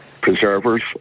preservers